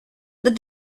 that